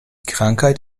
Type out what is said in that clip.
krankheit